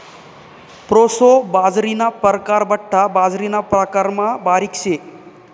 proso बाजरीना परकार बठ्ठा बाजरीना प्रकारमा बारीक शे